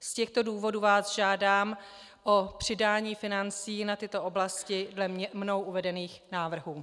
Z těchto důvodů vás žádám o přidání financí na tyto oblasti podle mnou uvedených návrhů.